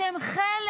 אתם חלק